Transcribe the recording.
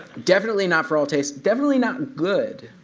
definitely not for all tastes. definitely not good.